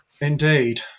indeed